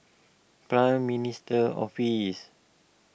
Prime Minister's Office